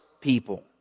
people